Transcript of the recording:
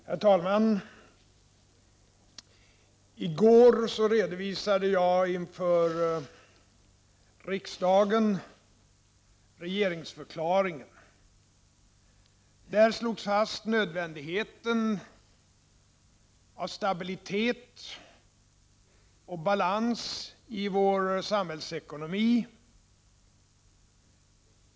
Herr talman! I går redovisade jag regeringsförklaringen inför riksdagen. Där slogs fast nödvändigheten av stabilitet och balans i vår samhällsekonomi.